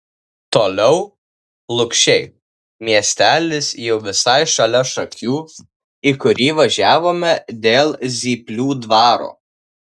toliau lukšiai miestelis jau visai šalia šakių į kurį važiavome dėl zyplių dvaro